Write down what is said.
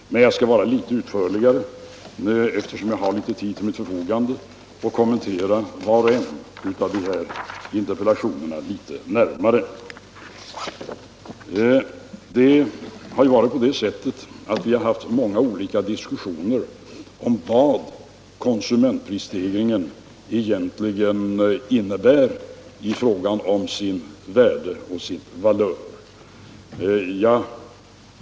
Men eftersom jag har tid till mitt förfogande skall jag något utförligare kommentera var och en av interpellationerna. Vi har haft många diskussioner om vad konsumentprisstegringen egentligen innebär i fråga om sitt värde och sin valör.